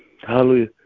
Hallelujah